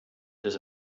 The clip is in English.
does